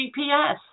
GPS